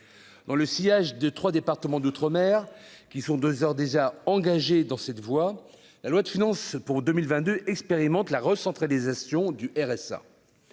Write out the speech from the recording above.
dans le sillage de 3 départements d'outre-mer, qui sont 2 heures déjà engagés dans cette voie, la loi de finances pour 2022 expérimente la recentralisation du RSA,